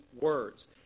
words